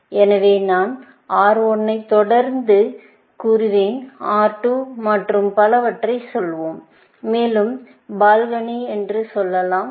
எனவே நான் R1 ஐத் தொடர்ந்து கூறுவேன் R2 மற்றும் பலவற்றைச் சொல்வோம் மேலும் பால்கனியில் சொல்லலாம்